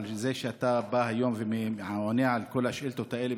אבל זה שאתה בא היום ועונה על כל השאילתות האלה,